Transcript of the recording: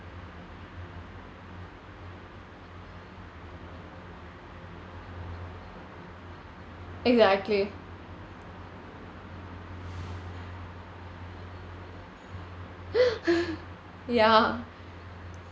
exactly ya